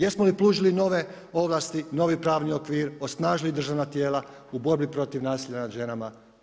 Jesmo li pružili nove ovlasti, novi pravni okvir, osnažili državna tijela u borbi protiv nasilja nad ženama?